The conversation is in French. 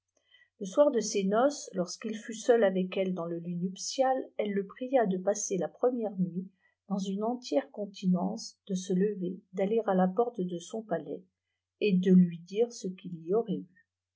le soir de ses noces lorsqu'il fiit seul avec elle dans le lit nuptial elle le pria de passer la première nuit dans une entière continence de se lever d'aller à la porte de son palais et de lui dire ce qu'il y aurait vu